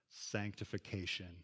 sanctification